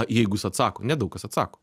jeigu jis atsako ne daug kas atsako